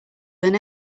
than